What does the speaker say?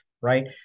right